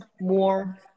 more